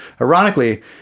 Ironically